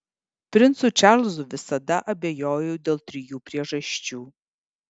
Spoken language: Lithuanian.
princu čarlzu visada abejojau dėl trijų priežasčių